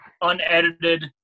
unedited –